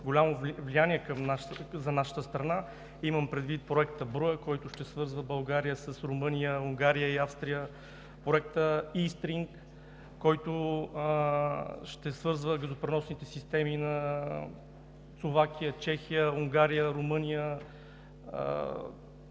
голямо влияние за нашата страна – имам предвид проекта БРУА, който ще свързва България с Румъния, Унгария и Австрия, проектът „Ийстринг“, който ще свързва газопреносните системи на Словакия, Чехия, Унгария, Румъния,